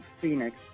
Phoenix